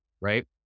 right